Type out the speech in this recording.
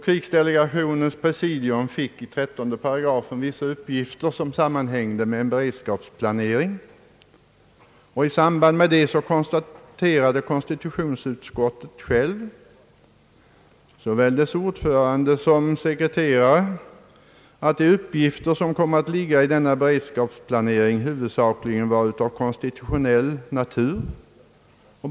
Krigsdelegationens presidium fick i 13 8 vissa uppgifter som sammanhängde med en beredskapsplanering. Konstitutionsutskottet noterade därvid självt — och denna mening omfattades av såväl utskottets ordförande som dess sekreterare — att de uppgifter som skulle komma att ligga i denna beredskapsplanering huvudsakligen var av konstitutionell natur.